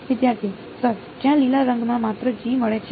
વિદ્યાર્થી સર જ્યાં લીલા રંગમાં માત્ર G મળે છે